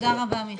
תודה רבה, מיכאל.